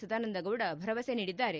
ಸದಾನಂದಗೌಡ ಭರವಸೆ ನೀಡಿದ್ದಾರೆ